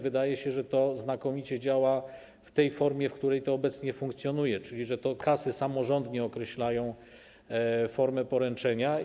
Wydaje się, że to znakomicie działa w tej formie, w której to obecnie funkcjonuje, czyli że to kasy samorządnie określają formę poręczenia.